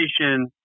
education